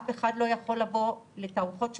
אף אחד לא יכול לבוא לתערוכות שלנו,